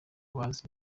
bazi